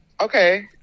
Okay